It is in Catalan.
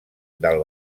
del